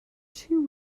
two